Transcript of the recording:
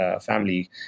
family